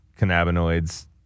Cannabinoids